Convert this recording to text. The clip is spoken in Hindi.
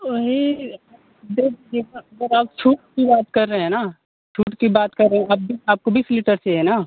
वही देखिए अगर आप छूट की बात कर रहे हैं ना छूट की बात कर रहें आप आपको बीस लीटर चाहिए ना